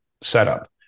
setup